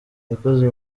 yakoze